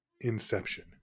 Inception